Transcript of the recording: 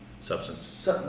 substance